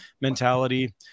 mentality